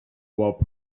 while